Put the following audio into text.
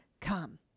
come